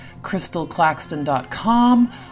crystalclaxton.com